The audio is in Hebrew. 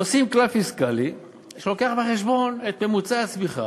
עושים כלל פיסקלי שמביא בחשבון את ממוצע הצמיחה,